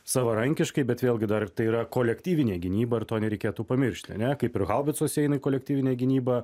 savarankiškai bet vėlgi dar ir tai yra kolektyvinė gynyba ir to nereikėtų pamiršti ane kaip ir haubicos įeina į kolektyvinę gynybą